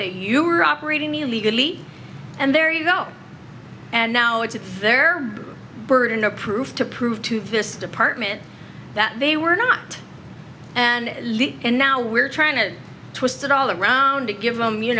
that you were operating illegally and there you go and now it's their burden of proof to prove to this department that they were not and and now we're trying to twist it all around to give them you